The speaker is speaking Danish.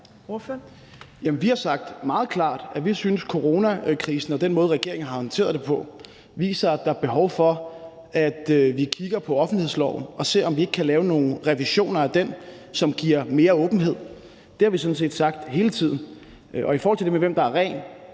vi har sagt meget klart, at coronakrisen og den måde, regeringen har håndteret den på, viser, at der er behov for, at vi kigger på offentlighedsloven og ser, om vi ikke kan lave nogle revisioner af den, som giver mere åbenhed. Det har vi sådan set sagt hele tiden. Og i forhold til det med, hvem der er ren,